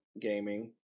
Gaming